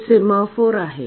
हे सेमाफोर आहे